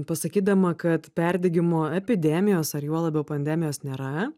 pasakydama kad perdegimo epidemijos ar juo labiau pandemijos nėra